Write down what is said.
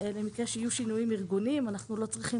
במקרה שיהיו שינויים ארגוניים אנחנו לא צריכים